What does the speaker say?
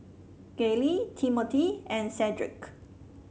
Gayle Timmothy and Cedrick